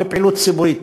לפעילות ציבורית.